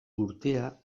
urtea